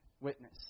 witness